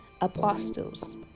apostles